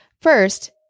First